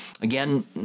Again